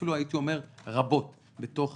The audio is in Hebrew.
אפילו הייתי אומר שיש רבות בתוך